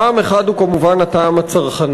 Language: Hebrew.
טעם אחד הוא, כמובן, הטעם הצרכני.